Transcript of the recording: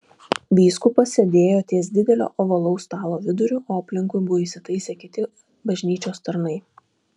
vyskupas sėdėjo ties didelio ovalaus stalo viduriu o aplinkui buvo įsitaisę kiti bažnyčios tarnai